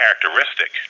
characteristic